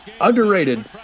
underrated